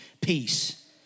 peace